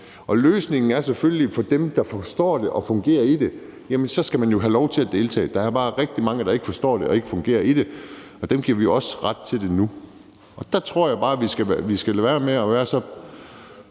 Løsningen er selvfølgelig, at dem, der forstår det og fungerer i det, skal have lov til at deltage. Der er bare rigtig mange, der ikke forstår det og ikke fungerer i det, og dem giver vi også ret til det nu. Der tror jeg bare, vi skal lade være med at tro så